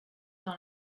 dans